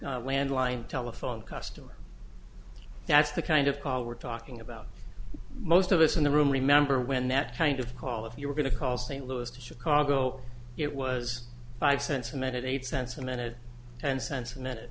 t landline telephone customer that's the kind of call we're talking about most of us in the room remember when that kind of call if you were going to call st louis to chicago it was five cents a minute eight cents a minute ten cents a minute